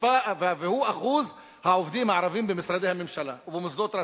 והוא אחוז העובדים הערבים במשרדי הממשלה ובמוסדות רשמיים.